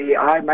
AI